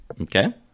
Okay